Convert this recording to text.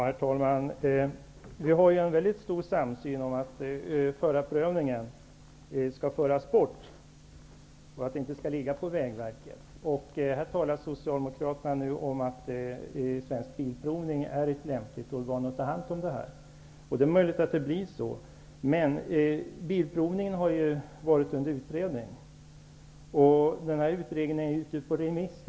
Herr talman! Vi har en samsyn om att förarprövningen inte skall ligga på Vägverket. Socialdemokraterna talar nu om att Svensk Bilprovning är ett lämpligt organ som kan ta hand om förarprövningen. Det är möjligt att det blir så. Men Svensk Bilprovning har varit under utredning, och utredningen är nu ute på remiss.